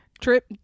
Trip